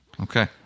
okay